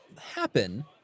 happen